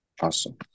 Awesome